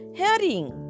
hearing